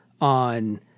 on